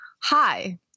Hi